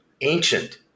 ancient